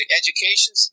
education